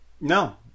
No